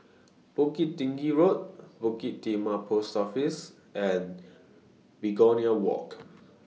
Bukit Tinggi Road Bukit Timah Post Office and Begonia Walk